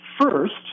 first